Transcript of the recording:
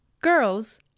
Girls